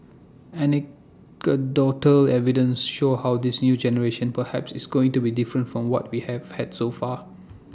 anecdotal evidence shows how this new generation perhaps is going to be different from what we have had so far